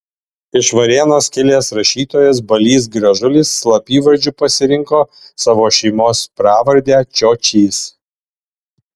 iš varėnos kilęs rašytojas balys gražulis slapyvardžiu pasirinko savo šeimos pravardę čiočys